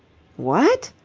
what?